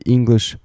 English